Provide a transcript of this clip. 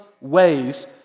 ways